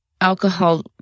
alcohol